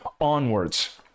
onwards